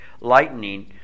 lightning